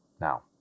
Now